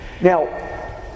Now